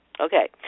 Okay